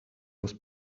was